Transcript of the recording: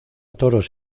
toros